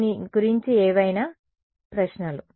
దీని గురించి ఏవైనా ప్రశ్నలు